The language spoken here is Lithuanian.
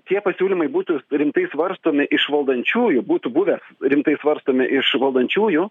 tie pasiūlymai būtų rimtai svarstomi iš valdančiųjų būtų buvę rimtai svarstomi iš valdančiųjų